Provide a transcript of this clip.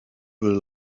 will